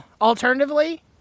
alternatively